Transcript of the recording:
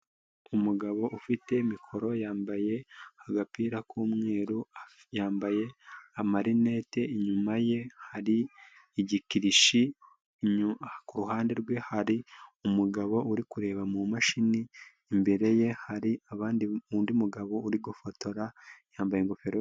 Umugabo ufite mikoro, yambaye agapira k'umweru, yambaye amarinete, inyuma ye hari igikirishi, kuruhande rwe hari umugabo uri kureba mu mashini, imbere ye hari undi mugabo uri gufotora, yambaye ingofero...